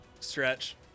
Stretch